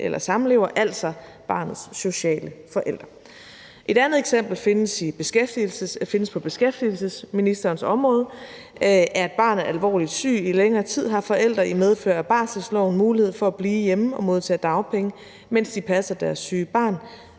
eller samlever, altså barnets sociale forælder. Et andet eksempel findes på beskæftigelsesministerens område. Er barnet alvorligt syg i længere tid, har forældre i medfør af barselsloven mulighed for at blive hjemme og modtage dagpenge, mens de passer deres syge barn.